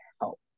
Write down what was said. help